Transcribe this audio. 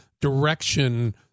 direction